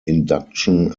induction